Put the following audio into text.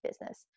business